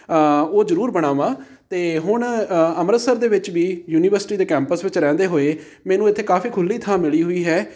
ਉਹ ਜ਼ਰੂਰ ਬਣਾਵਾਂ ਅਤੇ ਹੁਣ ਅੰਮ੍ਰਿਤਸਰ ਦੇ ਵਿੱਚ ਵੀ ਯੂਨੀਵਰਸਿਟੀ ਦੇ ਕੈਂਪਸ ਵਿੱਚ ਰਹਿੰਦੇ ਹੋਏ ਮੈਨੂੰ ਇੱਥੇ ਕਾਫ਼ੀ ਖੁੱਲ੍ਹੀ ਥਾਂ ਮਿਲੀ ਹੋਈ ਹੈ